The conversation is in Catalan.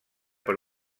per